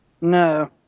No